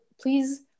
please